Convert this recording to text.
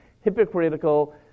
hypocritical